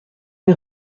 این